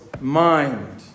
mind